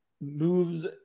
moves